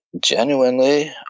genuinely